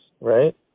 right